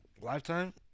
Lifetime